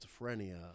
schizophrenia